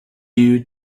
you